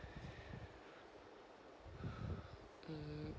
mm